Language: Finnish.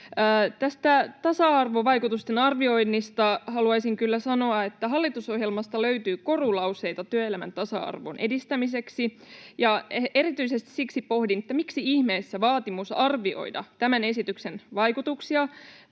Tästä tasa-arvovaikutusten arvioinnista haluaisin kyllä sanoa, että hallitusohjelmasta löytyy korulauseita työelämän tasa-arvon edistämiseksi, ja erityisesti siksi pohdin, että miksi ihmeessä vaatimus arvioida tämän esityksen vaikutuksia